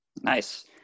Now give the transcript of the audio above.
Nice